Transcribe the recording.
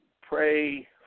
pray